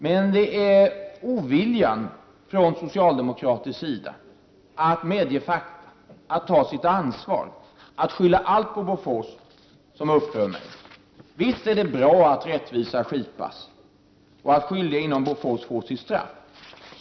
Men det är oviljan från socialdemokratisk sida att medge fakta, att inte ta sitt ansvar och att skylla allt på Bofors som upprör mig. Visst är det bra att rättvisa skipas och att skyldiga inom Bofors får sitt straff.